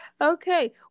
Okay